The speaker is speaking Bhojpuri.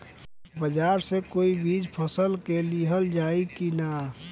बाजार से कोई चीज फसल के लिहल जाई किना?